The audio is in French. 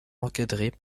encadrés